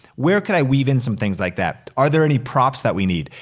where could i weave in some things like that? are there any props that we need?